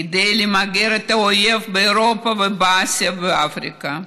כדי למגר את האויב באירופה ובאסיה ובאפריקה.